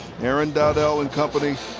aaron dowdell and company.